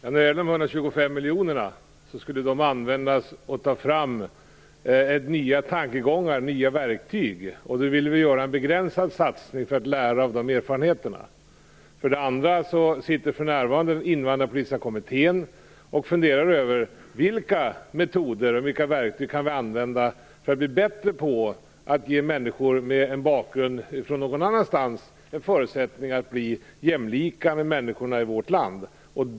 Herr talman! De 125 miljonerna skulle användas för att ta fram nya tankegångar och nya verktyg, och vi ville göra en begränsad satsning för att lära av de erfarenheterna. Invandrarpolitiska kommittén sitter för närvarande och funderar över vilka metoder och vilka verktyg vi kan använda för att bli bättre på att ge människor med annan bakgrund förutsättningar att bli jämlika med människorna i vårt land.